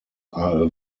are